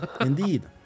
indeed